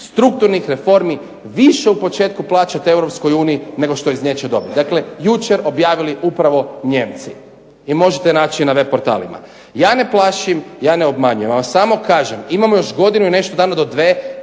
strukturnih reformi više u početku plaćati EU nego što iz nje će dobiti. Dakle, jučer objavili upravo Nijemci i možete naći na web portalima. Ja ne plašim, ja ne obmanjujem, ja vam samo kažem, imamo još godinu i nešto dana do dvije,